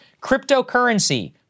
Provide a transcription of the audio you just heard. Cryptocurrency